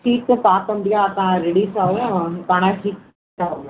ஹீட்டும் ஆட்டோமேட்டிக்காக ப ரிலீஸ் ஆகும் தானாகவே ஹீட் ஆகும் மேம்